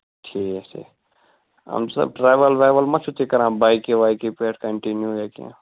ٹھیٖک چھُ اَہَن سا ٹرٛاوِل ویوٕل ما چھُو تُہۍ کَران بائیکہِ وائیکہِ پٮ۪ٹھ کَنٹِنیوٗ یا کیٚنٛہہ